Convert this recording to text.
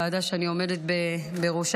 הוועדה שאני עומדת בראשה.